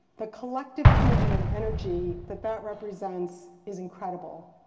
the collective commitment and energy that that represents is incredible.